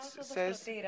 says